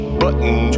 button